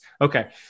Okay